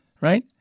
Right